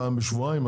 פעם בשבועיים?